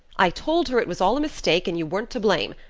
i told her it was all a mistake and you weren't to blame,